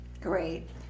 Great